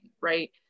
right